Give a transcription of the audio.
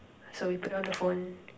so we put down the phone